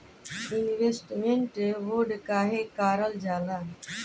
Investment bond काहे कारल जाला?